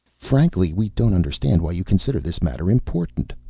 frankly, we don't understand why you consider this matter important,